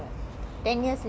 ஆமா சொன்னாங்க:aama sonnanga